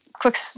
quick